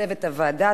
ולצוות הוועדה,